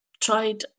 tried